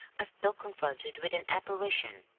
as though confronted with an apparition.